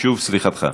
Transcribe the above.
שוב, סליחתך.